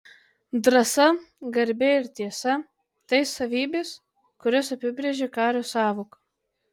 drąsa garbė ir tiesa tai savybės kurios apibrėžią kario sąvoką